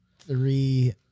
three